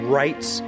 rights